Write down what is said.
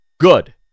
Good